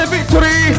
Victory